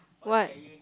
what